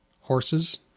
Horses